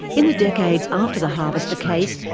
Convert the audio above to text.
in the decades after the harvester case,